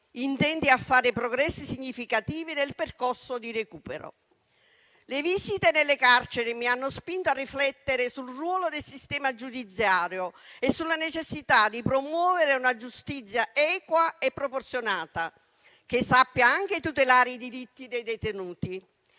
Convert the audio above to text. intenti a fare progressi significativi nel percorso di recupero. Le visite nelle carceri mi hanno spinto a riflettere sul ruolo del sistema giudiziario e sulla necessità di promuovere una giustizia equa e proporzionata, che sappia anche tutelare i diritti dei detenuti.